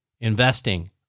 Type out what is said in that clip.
investing